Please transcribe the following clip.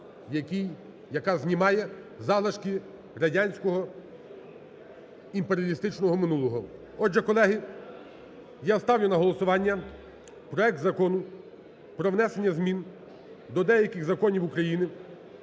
яка знімає залишки радянського імперіалістичного минулого. Отже, колеги, я ставлю на голосування проект Закону про внесення змін до деяких законів України